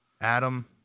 Adam